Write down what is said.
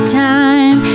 time